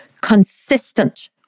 consistent